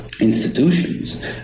institutions